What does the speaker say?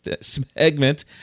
segment